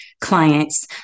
clients